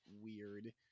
weird